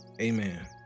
amen